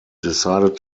decided